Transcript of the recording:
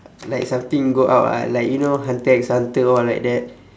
like something go out ah like you know hunter X hunter all like that